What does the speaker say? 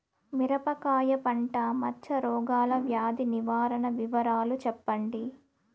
మిరపకాయ పంట మచ్చ రోగాల వ్యాధి నివారణ వివరాలు చెప్పండి?